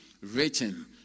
written